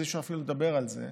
אז אי-אפשר אפילו לדבר על זה.